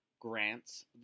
grants